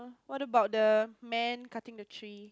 what about the man cutting the tree